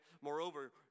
Moreover